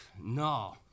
no